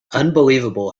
unbelievable